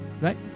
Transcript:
right